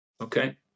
Okay